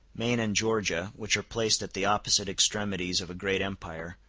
maine and georgia, which are placed at the opposite extremities of a great empire,